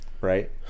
Right